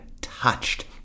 touched